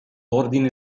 ordine